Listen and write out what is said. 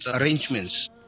arrangements